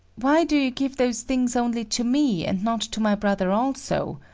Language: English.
why do you give those things only to me and not to my brother also?